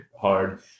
hard